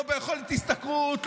לא ביכולת השתכרות,